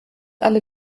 alle